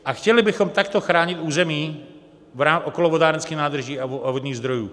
A chtěli bychom takto chránit území okolo vodárenských nádrží a vodních zdrojů.